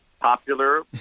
popular